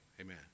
amen